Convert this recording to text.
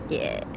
ya